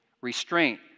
Restraint